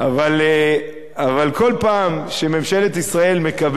כל פעם שממשלת ישראל מקבלת,